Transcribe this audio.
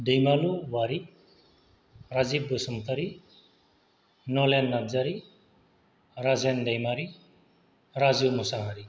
दैमालु औवारि राजिब बसुमतारी नलेन नारजारी राजेन दैमारी राजु मुसाहारी